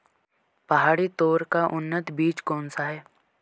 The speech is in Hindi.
पहाड़ी तोर का उन्नत बीज कौन सा है?